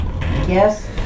Yes